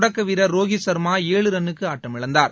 தொடக்க வீரர் ரோஹித் சர்மா ஏழு ரன்னுக்கு ஆட்டமிழந்தார்